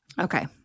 Okay